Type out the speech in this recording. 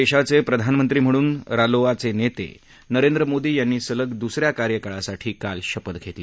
देशाचे प्रधानमंत्री म्हणून रालोआचे नेते नरेंद्र मादी यांनी सलग दुस या कार्यकाळासाठी काल शपथ घेतली